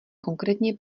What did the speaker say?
konkrétně